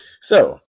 So-